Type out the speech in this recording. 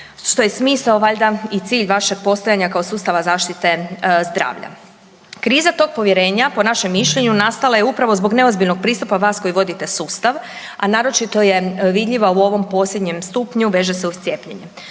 što je smisao valjda i cilj vašeg postojanja kao sustava zaštite zdravlja. Kriza tog povjerenja po našem mišljenju, nastala je upravo zbog neozbiljnog pristupa vas koji vodite sustav a naročito je vidljiva u ovom posljednjem stupnju, veže se uz cijepljenje.